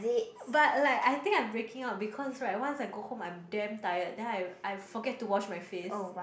but like I think I'm breaking out because right once I go home I'm damn tired then I I forget to wash my face